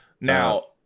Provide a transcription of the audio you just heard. Now